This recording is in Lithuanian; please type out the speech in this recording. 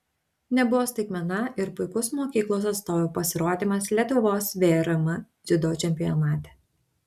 nebuvo staigmena ir puikus mokyklos atstovų pasirodymas lietuvos vrm dziudo čempionate